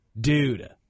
Dude